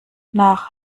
nach